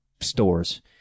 stores